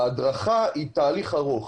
ההדרכה היא תהליך ארוך.